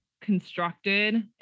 constructed